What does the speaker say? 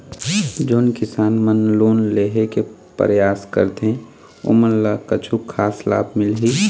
जोन किसान मन लोन लेहे के परयास करथें ओमन ला कछु खास लाभ मिलही?